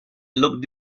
looked